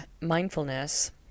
mindfulness